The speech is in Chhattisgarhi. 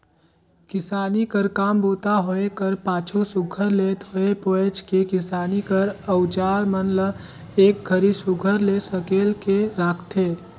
किसानी कर काम बूता होए कर पाछू सुग्घर ले धोए पोएछ के किसानी कर अउजार मन ल एक घरी सुघर ले सकेल के राखथे